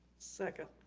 second.